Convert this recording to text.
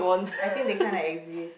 I think they kind of exist